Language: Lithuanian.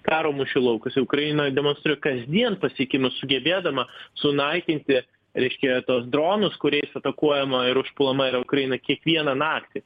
karo mūšių laukuose ukraina demonstruoja kasdien pasiekimus sugebėdama sunaikinti reiškia tuos dronus kuriais atakuojama ir užpuolama yra ukraina kiekvieną naktį